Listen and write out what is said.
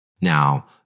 Now